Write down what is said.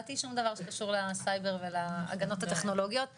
לדעתי שום דבר שקשור לסייבר ולהגנות הטכנולוגיות וחבל,